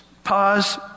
Pause